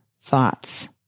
thoughts